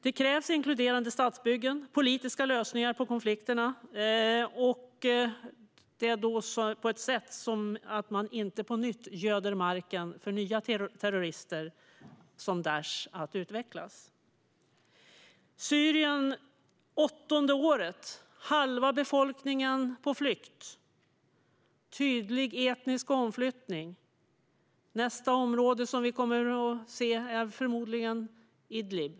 Det krävs inkluderande statsbyggen och politiska lösningar på konflikterna, på ett sådant sätt att man inte på nytt göder marken för nya terrorister som Daish att utvecklas. Kriget i Syrien är inne på åttonde året. Halva befolkningen är på flykt. Vi ser tydlig etnisk omflyttning. Nästa område som vi kommer att se är förmodligen Idlib.